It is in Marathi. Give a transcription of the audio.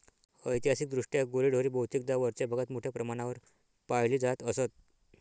ऐतिहासिकदृष्ट्या गुरेढोरे बहुतेकदा वरच्या भागात मोठ्या प्रमाणावर पाळली जात असत